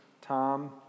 Tom